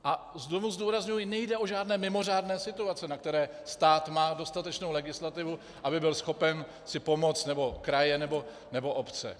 A znovu zdůrazňuji, nejde o žádné mimořádné situace, na které stát má dostatečnou legislativu, aby byl schopen si pomoct, nebo kraje, nebo obce.